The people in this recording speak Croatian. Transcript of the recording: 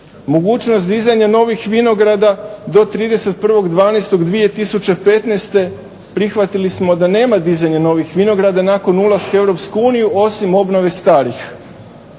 mogućnost dizanja novih vinograda do 31.12.2015. prihvatili smo da nema dizanja novih vinograda nakon ulaska u EU osim obnove starih.